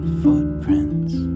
footprints